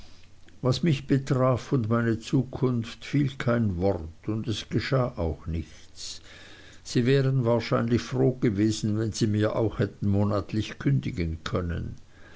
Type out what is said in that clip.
was mich betraf und meine zukunft fiel kein wort und es geschah auch nichts sie wären wahrscheinlich froh gewesen wenn sie mir auch hätten monatlich kündigen können